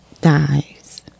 dies